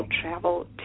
travel